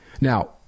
Now